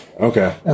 Okay